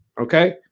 Okay